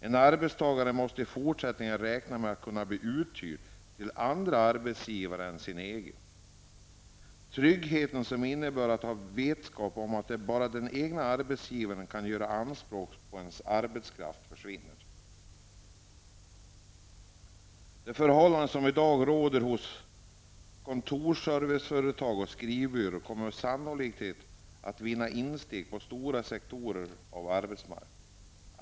En arbetstagare måste i fortsättningen räkna med att kunna bli uthyrd till andra arbetsgivare än sin egen. Tryggheten som det innebär att ha vetskap om att bara den egna arbetsgivaren kan göra anspråk på ens arbetskraft försvinner. De förhållanden som i dag råder hos kontorsserviceföretag och skrivbyrårer kommer sannolikt att vinna insteg på stora sektorer av arbetsmarknaden.